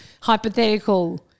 hypothetical